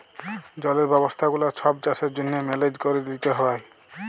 জলের ব্যবস্থা গুলা ছব চাষের জ্যনহে মেলেজ ক্যরে লিতে হ্যয়